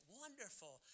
wonderful